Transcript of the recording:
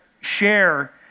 share